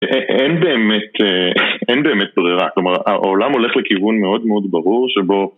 אין באמת, אין באמת ברירה, כלומר העולם הולך לכיוון מאוד מאוד ברור שבו